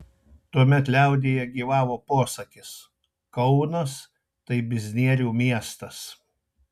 tuomet liaudyje gyvavo posakis kaunas tai biznierių miestas